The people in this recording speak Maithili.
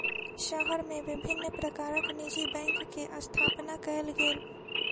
शहर मे विभिन्न प्रकारक निजी बैंक के स्थापना कयल गेल